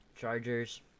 Chargers